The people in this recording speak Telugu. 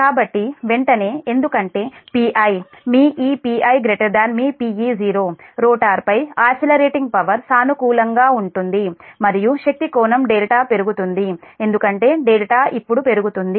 కాబట్టి వెంటనే ఎందుకంటే Pi మీ ఈ Pi మీPe0 రోటర్పై ఆసిల రేటింగ్ పవర్ సానుకూలంగా ఉంటుంది మరియు శక్తి కోణం δ పెరుగుతుంది ఎందుకంటే δ ఇప్పుడు పెరుగుతుంది